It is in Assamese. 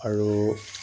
আৰু